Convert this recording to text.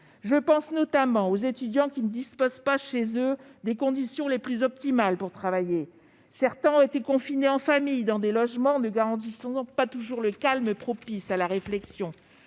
Je pense, notamment, aux étudiants qui ne disposent pas chez eux des conditions les plus optimales pour étudier. Certains ont été confinés en famille, dans des logements ne garantissant pas toujours le calme propice à la réflexion.